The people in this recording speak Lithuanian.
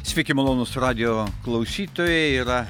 sveiki malonūs radijo klausytojai yra